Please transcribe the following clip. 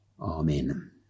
Amen